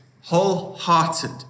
Wholehearted